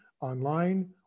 online